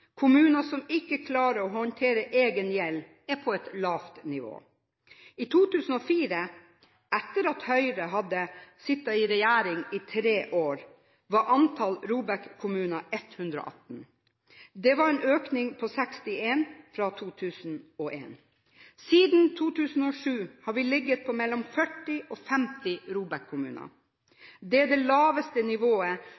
kommuner som ikke greier å håndtere egen gjeld, er på et lavt nivå. I 2004, etter at Høyre hadde sittet i regjering i tre år, var antall ROBEK-kommuner 118. Det var en økning på 61 fra 2001. Siden 2007 har vi ligget på mellom 40 og 50